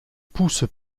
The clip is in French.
pouce